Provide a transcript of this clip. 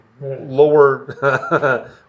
lower